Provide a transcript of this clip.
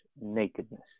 nakedness